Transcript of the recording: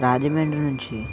రాజమెండ్రి నుంచి